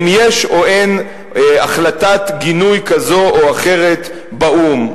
יש או אין החלטת גינוי כזאת או אחרת באו"ם.